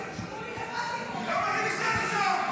למה הוא יושב שם?